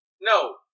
No